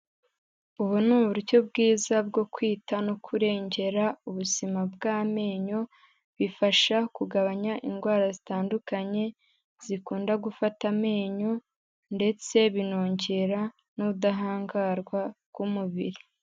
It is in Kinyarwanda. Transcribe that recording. Ubu ni uburyo bwiza bwo kwita no kurengera ubuzima bw'amenyo, bifasha kugabanya indwara zitandukanye zikunda gufata amenyo ndetse binongera n'ubudahangarwa bw'umubiri.